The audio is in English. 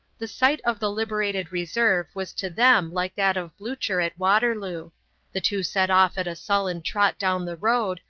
the sight of the liberated reserve was to them like that of blucher at waterloo the two set off at a sullen trot down the road,